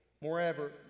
Moreover